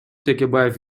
текебаев